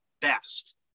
best